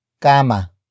kama